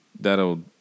that'll